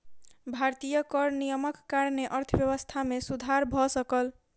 भारतीय कर नियमक कारणेँ अर्थव्यवस्था मे सुधर भ सकल